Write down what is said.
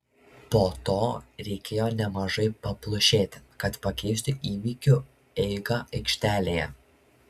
po to reikėjo nemažai paplušėti kad pakeisti įvykių eigą aikštelėje